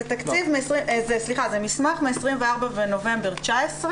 מסמך מה-24.11.19,